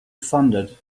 funded